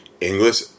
English